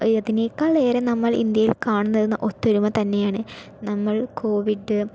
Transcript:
അതിനേക്കാൾ ഏറെ നമ്മൾ ഇന്ത്യയിൽ കാണുന്നത് ഒത്തൊരുമ തന്നെയാണ് നമ്മൾ കോവിഡ്